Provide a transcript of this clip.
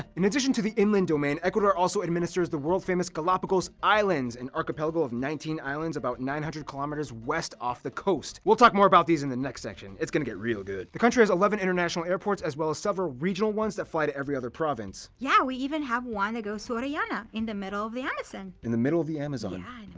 in addition to the inland domain, ecuador also administers the world famous galapagos islands, an and archipelago of nineteen islands about nine hundred kilometers west off the coast. we'll talk more about these in the next section. it's gonna get real good. the country has eleven international airports, as well as several regional ones that fly to every other province. yeah! we even have one that goes to orellana in the middle of the amazon. in the middle of the amazon?